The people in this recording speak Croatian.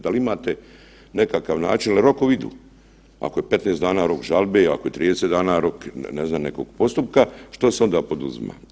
Da li imate nekakav način, jer rokovi, ako je 15 dana rok žalbe, ako je 30 dana rok ne znam nekog postupka, što se onda poduzima?